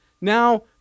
now